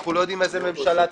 אנחנו לא יודעים איזו ממשלה תקום,